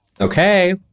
Okay